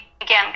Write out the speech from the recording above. Again